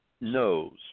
knows